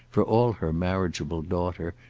for all her marriageable daughter,